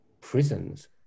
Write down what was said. prisons